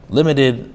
Limited